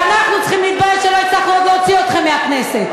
ואנחנו צריכים להתבייש שעוד לא הצלחנו להוציא אתכם מהכנסת.